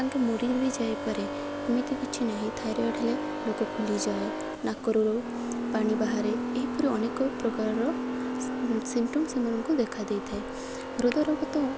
ତାଙ୍କେ ମରି ବି ଯାଇପାରେ ଏମିତି କିଛି ନାହିଁ ଥାଇରଏଡ଼୍ ହେଲେ ଲୋକ ଫୁଲିଯାଏ ନାକରୁ ପାଣି ବାହାରେ ଏହିପରି ଅନେକ ପ୍ରକାରର ସିମ୍ପଟମସ୍ ସେମାନଙ୍କୁ ଦେଖା ଦେଇଥାଏ ହୃଦରୋଗ ତ